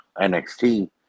NXT